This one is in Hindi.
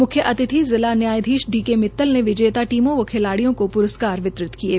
मुख्य अतिथि जिला न्यायाधीश डी के मित्तल ने विजेता टीमों व खिलाडियों को प्रस्कार वितरित किये